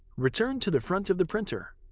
return to the front of the printer.